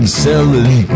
selling